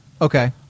Okay